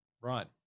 right